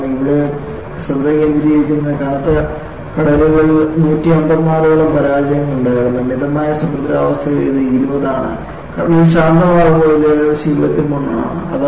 കാരണം ഇവിടെ ശ്രദ്ധ കേന്ദ്രീകരിക്കുന്നത് കനത്ത കടലുകളിൽ 154 ഓളം പരാജയങ്ങൾ ഉണ്ടായിരുന്നു മിതമായ സമുദ്രാവസ്ഥയിൽ ഇത് 20 ആണ് കടൽ ശാന്തമാകുമ്പോൾ അത് ഏകദേശം 23 ആണ്